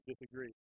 disagree